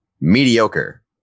mediocre